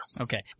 Okay